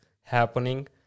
happening